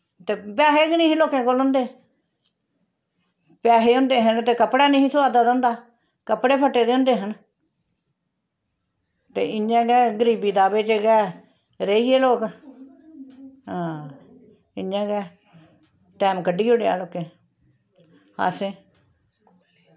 ते पैहै गै निं लोकें कोल होंदे पैहे होंदे हे ते कपड़ा निं सोआदै दा होंदा कपड़े फट्टे दे होंदे हन ते इं'या गै गरीबी दा'वे च गै रेही गे लोक ऐं इं'या गै टैम कड्ढी ओड़ेआ लोकें असें